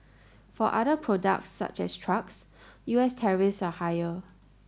for other products such as trucks U S tariffs are higher